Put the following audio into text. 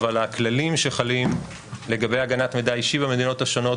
אבל הכללים שחלים לגבי הגנת מידע אישי במדינות השונות,